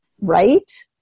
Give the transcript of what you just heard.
right